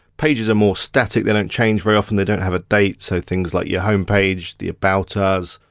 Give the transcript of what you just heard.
pages are more static, they don't change very often, they don't have a date, so things like your homepage, the about us,